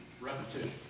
Repetition